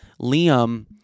liam